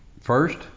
first